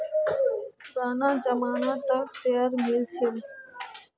पुराना जमाना त शेयर मिल छील